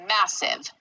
massive